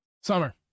Summer